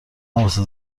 واسه